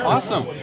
Awesome